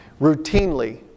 routinely